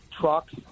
trucks